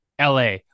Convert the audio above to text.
LA